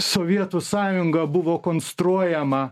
sovietų sąjunga buvo konstruojama